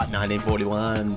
1941